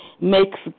makes